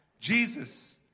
Jesus